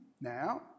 now